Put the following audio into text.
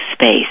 space